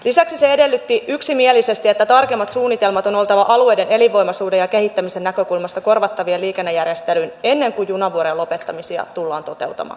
lisäksi se edellytti yksimielisesti että on oltava alueiden elinvoimaisuuden ja kehittämisen näkökulmasta tarkemmat suunnitelmat korvattavista liikennejärjestelyistä ennen kuin junavuorojen lopettamisia tullaan toteuttamaan